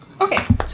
Okay